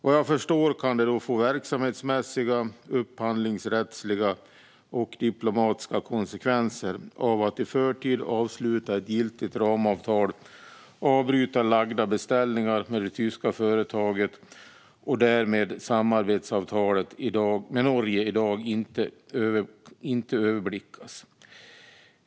Vad jag förstår kan de verksamhetsmässiga, upphandlingsrättsliga och diplomatiska konsekvenserna av att i förtid avsluta ett giltigt ramavtal och avbryta lagda beställningar med det tyska företaget och därmed samarbetsavtalet med Norge i dag inte överblickas.